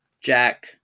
Jack